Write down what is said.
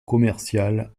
commerciale